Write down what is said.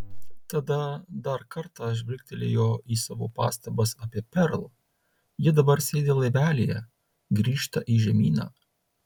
tada dar kartą žvilgtelėjo į savo pastabas apie perl ji dabar sėdi laivelyje grįžta į žemyną